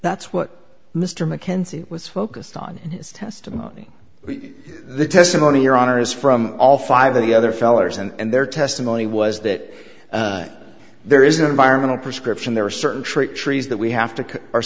that's what mr mckenzie was focused on his testimony the testimony your honor is from all five of the other fellers and their testimony was that there is no environmental prescription there are certain trick trees that we have to are